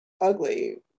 ugly